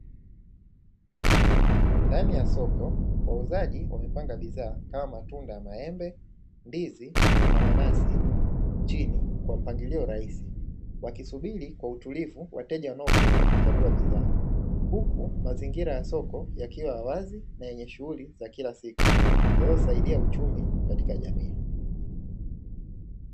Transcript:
Ndani ya soko wauzaji wamepanga bidhaa kama matunda, maembe, ndizi na mananasi chini kwa mpangilio rahisi, wakisubiri kwa utulivu wateja wanao pita kuchagua bidhaa, huku mazingira ya soko yakiwa ya wazi na yenye shughuli za kila siku yanayo saidia uchumi katika jamii.